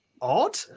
odd